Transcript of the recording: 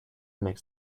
makes